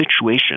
situation